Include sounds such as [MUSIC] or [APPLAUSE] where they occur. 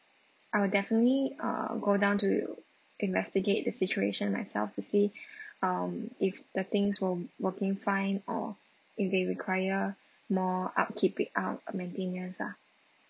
I will definitely err go down to investigate the situation myself to see [BREATH] um if the things were working fine or if they require more upkeep it up uh maintenance ah